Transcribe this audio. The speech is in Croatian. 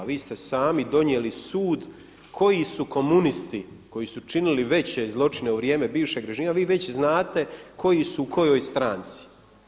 Vi ste sami donijeli sud koji su komunisti koji su činili veće zločine u vrijeme bivšeg režima, vi već znate koji su u kojoj stranci.